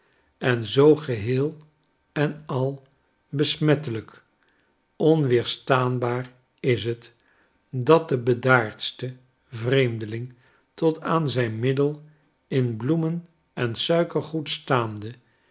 en zoo geheel en al besmettelijk onweerstaanbaar is het dat de bedaardste vreemdeling tot aan zijn middel in bloemen en suikergoed staande